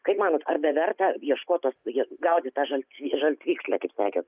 kaip manot ar beverta ieškot tos gaudyt tą žaltvy žaltvykslę kaip sakėt